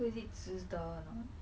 so is it 值得 or not